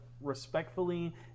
respectfully